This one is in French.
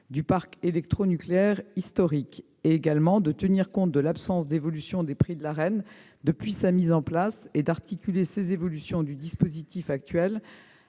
du parc électronucléaire historique. Nous voulons également être en mesure de tenir compte de l'absence d'évolution des prix de l'Arenh depuis sa mise en place et d'articuler ces évolutions du dispositif actuel